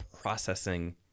processing